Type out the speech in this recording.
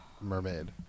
Mermaid